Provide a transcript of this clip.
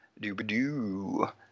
Doobadoo